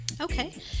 Okay